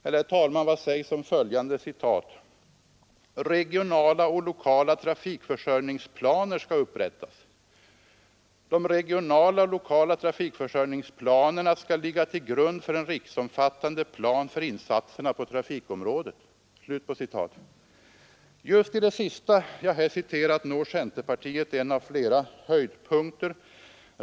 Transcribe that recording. Eller, herr talman, vad sägs om följande citat: De regionala och lokala trafikförsörjningsplanerna skall ligga till grund för en riksomfattande plan för insatserna på trafikområdet.” Just i det sista jag här citerade når centerpartiet en av flera höjdpunkter.